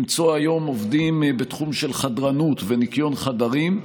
למצוא היום עובדים בתחום של חדרנות וניקיון חדרים,